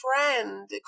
friend